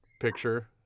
picture